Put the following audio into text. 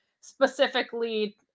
specifically